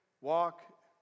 walk